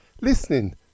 listening